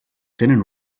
tenen